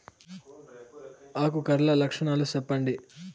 ఆకు కర్ల లక్షణాలు సెప్పండి